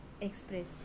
express